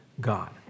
God